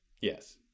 Yes